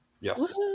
Yes